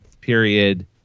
period